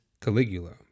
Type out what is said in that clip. Caligula